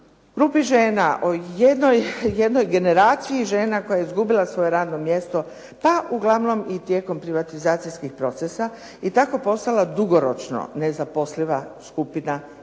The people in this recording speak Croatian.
grupi žena, o jednoj generaciji žena koja je izgubila svoje radno mjesto pa uglavnom i tijekom privatizacijskih procesa i tako postala dugoročno nezaposliva skupina i